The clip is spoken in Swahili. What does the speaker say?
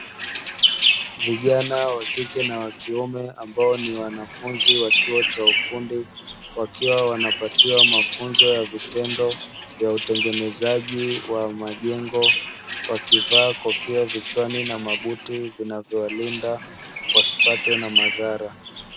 Vijana wa kike na wa kiume ambao ni wanafunzi wa chuo cha ufundi wakiwa wanapatiwa mafunzo ya vitendo vya utengenezaji wa majengo, wakivaa kofia vichwani na mabuti vinavyowalinda wasipatwe na madhara.